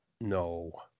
no